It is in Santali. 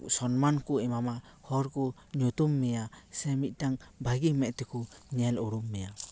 ᱥᱚᱱᱢᱟᱱ ᱠᱚ ᱮᱢᱟᱢᱟ ᱦᱚᱲ ᱠᱚ ᱧᱩᱛᱩᱢ ᱢᱮᱭᱟ ᱥᱮ ᱢᱤᱫᱴᱟᱝ ᱵᱷᱟᱹᱜᱤ ᱢᱮᱫ ᱛᱮᱠᱚ ᱧᱮᱞ ᱩᱨᱩᱢ ᱢᱮᱭᱟ